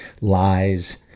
lies